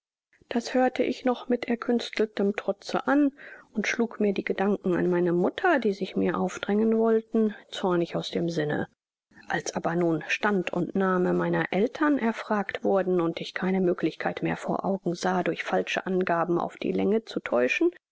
das hörte ich noch mit erkünsteltem trotze an und schlug mir die gedanken an meine mutter die sich mir aufdrängen wollten zornig aus dem sinne als aber nun stand und name meiner eltern erfragt wurden und ich keine möglichkeit mehr vor augen sah durch falsche angaben auf die länge zu täuschen